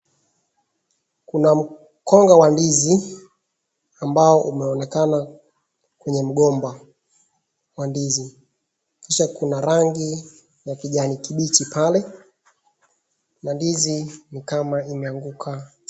Kuna mkonga wa ndizi, ambao umeonekana kwenye mgomba wa ndizi, kisha kuna rangi ya kijani kibichi pale, na ndizi ni kama imeanguka.